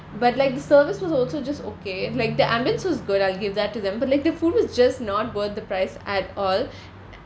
but like the service was also just okay like the ambience was good I give that to them but like the food was just not worth the price at all